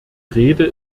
rede